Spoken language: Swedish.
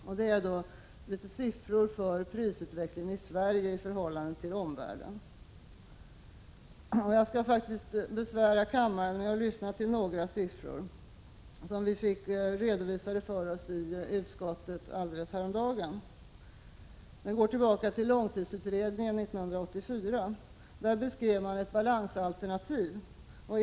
Jag har litet siffror för prisutvecklingen i Sverige i förhållande till omvärlden, och jag skall faktiskt besvära kammaren med att lyssna till några uppgifter som vi fick redovisade för oss i utskottet häromdagen. De går tillbaka till långtidsutredningen 1984, som beskrev ett balansalternativ.